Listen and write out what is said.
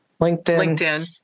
LinkedIn